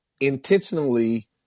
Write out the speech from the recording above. intentionally